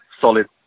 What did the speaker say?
solid